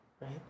Right